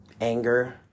anger